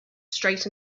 straight